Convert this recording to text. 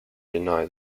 deny